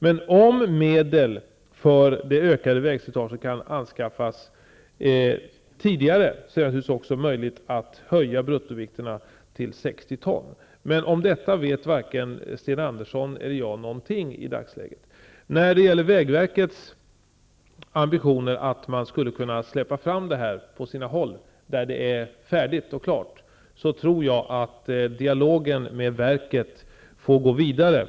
Men om medel för det ökade vägslitaget kan anskaffas tidigare är det naturligtvis också möjligt att höja bruttovikten till 60 ton. Men om detta vet varken Sten Andersson i Malmö eller jag någonting i dagsläget. När det gäller vägverkets ambitioner att släppa fram en höjning på sina håll där det är färdigt tror jag att dialogen med verket får gå vidare.